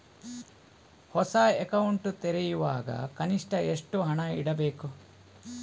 ಹೊಸ ಅಕೌಂಟ್ ತೆರೆಯುವಾಗ ಕನಿಷ್ಠ ಎಷ್ಟು ಹಣ ಇಡಬೇಕು?